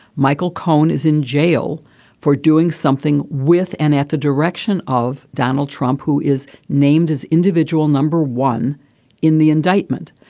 michael cohen is in jail for doing something with and at the direction of donald trump, who is named as individual number one in the indictment.